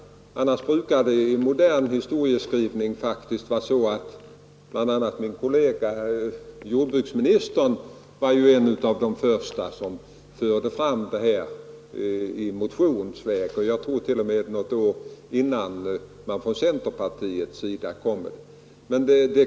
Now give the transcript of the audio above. Annars brukar det i modern historieskrivning faktiskt vara så att man nämner socialdemokrater — bl.a. var min nuvarande kollega herr jordbruksministern en av dem som de första som förde fram lokaliseringspolitiken i en motion. Jag tror t.o.m. att det var något år före centerpartister agerade.